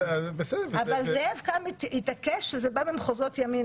אבל זאב קם התעקש שזה בא ממחוזות ימינה.